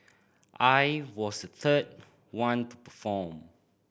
I was the third one to perform